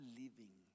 living